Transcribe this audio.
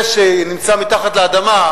זה שנמצא מתחת לאדמה,